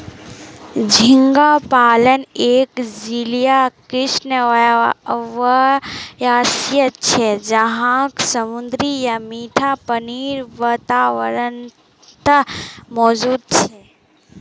झींगा पालन एक जलीय कृषि व्यवसाय छे जहाक समुद्री या मीठा पानीर वातावरणत मौजूद छे